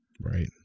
Right